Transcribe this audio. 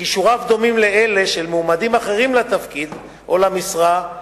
וכישוריו דומים לאלה של מועמדים אחרים לתפקיד או למשרה.